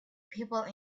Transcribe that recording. people